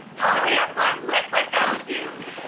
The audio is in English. how will your mom live without you?